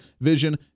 vision